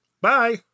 Bye